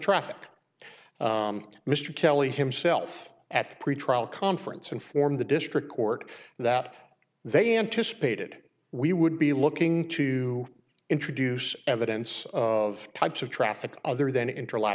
traffic mr kelly himself at the pretrial conference and form the district court that they anticipated we would be looking to introduce evidence of types of traffic other than intra lot